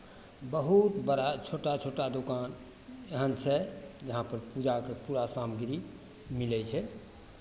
बहुत बड़ा छोटा छोटा दोकान एहन छै जहाँपर पूजाके पूरा सामग्री मिलै छै